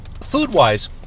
food-wise